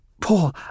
Paul